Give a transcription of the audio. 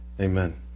Amen